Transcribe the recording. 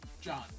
John